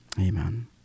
Amen